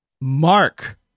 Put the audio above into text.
mark